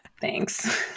Thanks